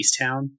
Easttown